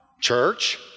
church